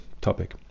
topic